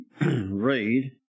read